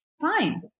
Fine